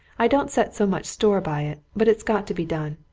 i don't set so much store by it, but it's got to be done.